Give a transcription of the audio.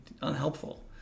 unhelpful